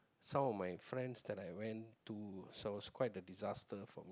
some of my friends that I went to so it was quite a disaster for